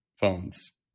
phones